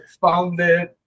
founded